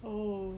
oh